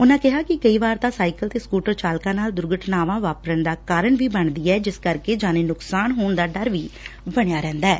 ਉਨਾਂ ਕਿਹਾ ਕਿ ਕਈ ਵਾਰ ਤਾਂ ਸਾਈਕਲ ਤੇ ਸਕੁਟਰ ਚਾਲਕਾਂ ਨਾਲ ਦੁਰਘਟਨਾਵਾਂ ਵਾਪਰਨ ਦਾ ਕਾਰਨ ਵੀ ਬਣਦੀਂ ਐ ਜਿਸ ਕਰਕੇ ਜਾਨੀ ਨੁਕਸਾਨ ਹੋਣ ਦਾ ਵੀ ਡਰ ਬਣਿਆ ਰਹਿੰਦਾ ਐ